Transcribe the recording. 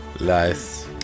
nice